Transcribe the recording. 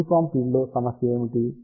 uniform ఫీడ్లో సమస్య ఏమిటి